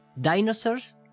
dinosaurs